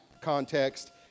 context